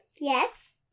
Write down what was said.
Yes